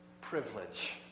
privilege